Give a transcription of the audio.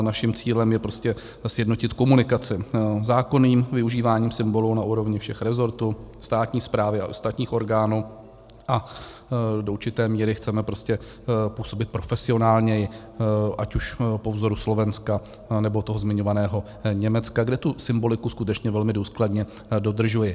Naším cílem je prostě sjednotit komunikaci zákonným využíváním symbolu na úrovni všech resortů státní správy a všech ostatních orgánů a do určité míry chceme prostě působit profesionálněji, ať už po vzoru Slovenska, nebo zmiňovaného Německa, kde tu symboliku skutečně velmi důsledně dodržují.